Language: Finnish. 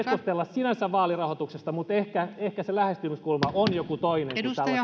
keskustella sinänsä vaalirahoituksesta mutta ehkä ehkä se lähestymiskulma on joku toinen kuin tällaiset tiukat